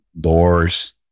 doors